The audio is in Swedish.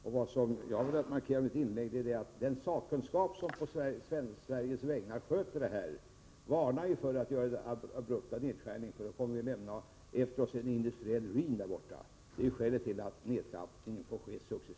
Jag ville med mitt inlägg markera att den sakkunskap som på Sveriges vägnar sköter detta bistånd har varnat för en abrupt nedskärning, om man inte vill lämna efter sig en industriell ruin. Det är skälet till att avtrappningen måste ske successivt.